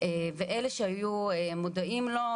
ואלה שהיו מודעים לו,